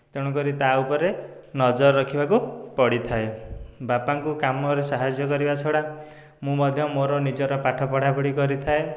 ତେଣୁକରି ତା ଉପରେ ନଜର ରଖିବାକୁ ପଡ଼ିଥାଏ ବାପାଙ୍କୁ କାମରେ ସାହାଯ୍ୟ କରିବା ଛଡ଼ା ମୁଁ ମଧ୍ୟ ମୋର ନିଜର ପାଠ ପଢ଼ାପଢ଼ି କରିଥାଏ